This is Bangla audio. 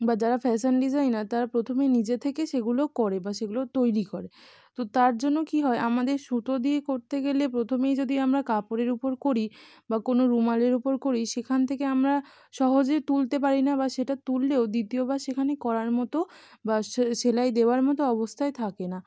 বা যারা ফ্যাশান ডিজাইনার তারা প্রথমে নিজে থেকে সেগুলো করে বা সেগুলো তৈরি করে তো তার জন্য কী হয় আমাদের সুতো দিয়ে করতে গেলে প্রথমেই যদি আমরা কাপড়ের উপর করি বা কোনো রুমালের উপর করি সেখান থেকে আমরা সহজে তুলতে পারি না বা সেটা তুললেও দ্বিতীয়বার সেখানে করার মতো বা সে সেলাই দেওয়ার মতো অবস্থায় থাকে না